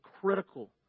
critical